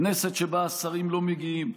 כנסת שבה השרים לא מגיעים,